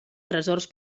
tresors